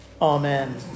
Amen